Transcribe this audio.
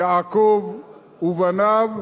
יעקב ובניו,